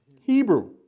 Hebrew